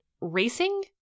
racing